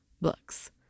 books